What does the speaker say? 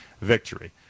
victory